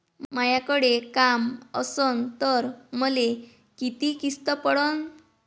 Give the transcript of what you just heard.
मायाकडे काम असन तर मले किती किस्त पडन?